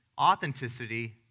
authenticity